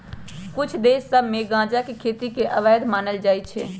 कुछ देश सभ में गजा के खेती के अवैध मानल जाइ छै